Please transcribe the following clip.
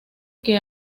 que